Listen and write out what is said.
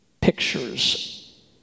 pictures